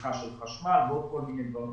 צריכה של חשמל ועוד כל מיני דברים.